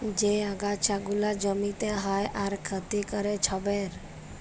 যে আগাছা গুলা জমিতে হ্যয় আর ক্ষতি ক্যরে ছবের